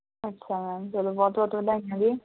ਅੱਛਾ ਮੈਮ ਚਲੋ ਬਹੁਤ ਬਹੁਤ ਵਧਾਈਆਂ ਜੀ